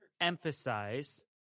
emphasize